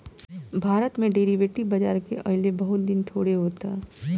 भारत में डेरीवेटिव बाजार के अइले बहुत दिन थोड़े होता